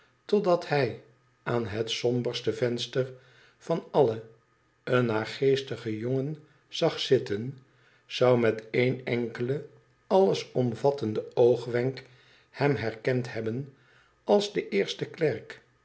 totdat hij aan het somberste venster van alle een naargeestigen jongen zag zitten zou met één enkelen allesomvattenden oogwenk hem herkend hebben als den eersten klerk